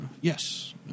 Yes